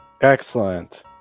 Excellent